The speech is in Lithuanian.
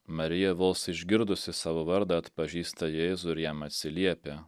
marija vos išgirdusi savo vardą atpažįsta jėzų ir jam atsiliepia